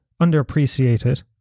underappreciated